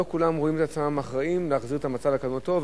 לא כולם רואים את עצמם אחראים להחזיר את המצב לקדמותו.